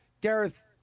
Gareth